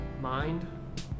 mind